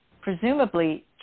presumably